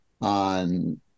on